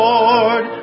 Lord